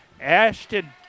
Ashton